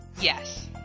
Yes